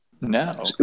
No